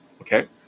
Okay